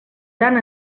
tant